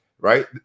Right